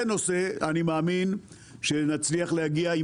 אני מאמין שזה נושא שנצליח להגיע אליו